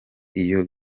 iyo